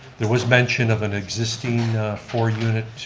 there was mention of an existing four unit